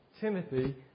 Timothy